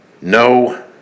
no